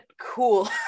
cool